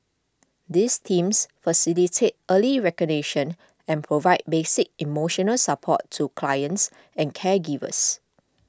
these teams facilitate early recognition and provide basic emotional support to clients and caregivers